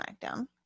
SmackDown